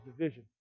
division